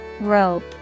Rope